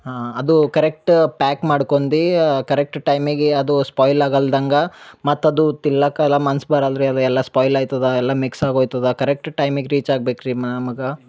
ಹಾಂ ಅದು correct pack ಮಾಡ್ಕೊಂಡು ಕರೆಕ್ಟ್ ಟೈಮಿಗೆ ಅದು ಸ್ಪಾಯ್ಲ್ ಆಗಲ್ದಂಗ ಮತ್ತು ಅದು ತಿಲ್ಲಕಲ ಮನ್ಸು ಬರಲ್ಲ ರೀ ಅದು ಎಲ್ಲ ಸ್ಪಾಯ್ಲ್ ಆಯ್ತದ ಎಲ್ಲ ಮಿಕ್ಸಾಗಿ ಹೋಯ್ತದ ಕರೆಕ್ಟ್ ಟೈಮಿಗೆ ರೀಚ್ ಆಗ್ಬೇಕು ರೀ ಮಾಮ್ಗ